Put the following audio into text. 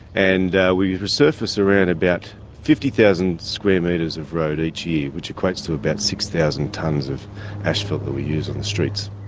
and we have resurfaced around about fifty thousand square metres of road each year, which equates to about six thousand tonnes of asphalt that we use on the streets.